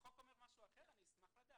אם החוק אומר משהו אחר אני אשמח לדעת.